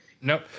Nope